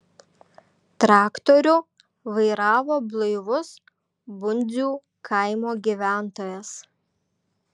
traktorių vairavo blaivus bundzų kaimo gyventojas